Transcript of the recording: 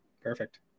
Perfect